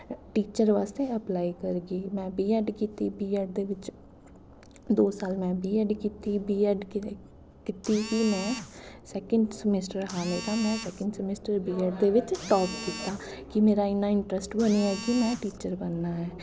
teacher आस्तै apply करगी में बी ऐड कीती बी एड दे बिच्च दो साल में बी ऐड कीती बी ऐड कीती फ्ही में सैकंड समिस्टर हा मेरा में सैकंड समिस्टर बी ऐड दे बिच्च टाप कीता कि मेरा इन्ना इंट्रस्ट बनी गेआ कि में टीचर बनना ऐ